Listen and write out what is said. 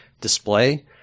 display